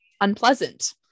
unpleasant